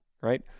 right